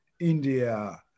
India